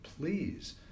Please